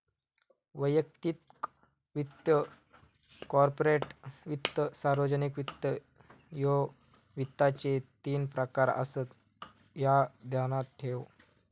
वैयक्तिक वित्त, कॉर्पोरेट वित्त, सार्वजनिक वित्त, ह्ये वित्ताचे तीन प्रकार आसत, ह्या ध्यानात ठेव